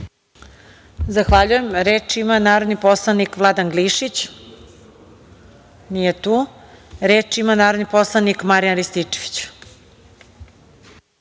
Zahvaljujem. Reč ima narodni poslanik Vladan Glišić. Nije tu. Reč ima narodni poslanik Marijan Rističević.